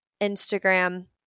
Instagram